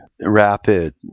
rapid